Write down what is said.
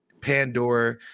Pandora